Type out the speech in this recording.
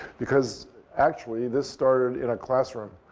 because actually, this started in a classroom.